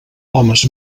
homes